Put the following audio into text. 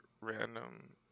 random